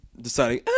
deciding